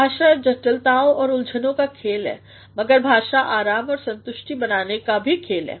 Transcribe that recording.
भाषा जटिलताओं और उलझनों का खेल है मगर भाषा आराम और संतुष्टि बनाने का भी खेल है